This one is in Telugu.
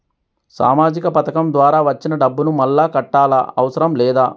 సామాజిక పథకం ద్వారా వచ్చిన డబ్బును మళ్ళా కట్టాలా అవసరం లేదా?